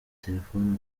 telephone